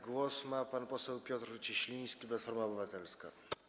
Głos ma pan poseł Piotr Cieśliński, Platforma Obywatelska.